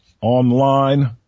online